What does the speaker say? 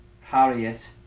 Harriet